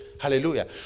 Hallelujah